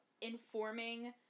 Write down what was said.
informing